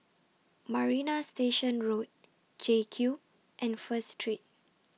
Marina Station Road JCube and First Street